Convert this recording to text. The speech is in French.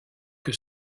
que